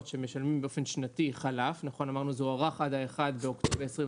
שמשלמים באופן שנתי חלף אמרנו שזה הוארך עד 1 באוקטובר 2022